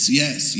yes